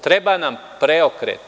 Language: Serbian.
Treba nam preokret.